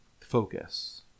focus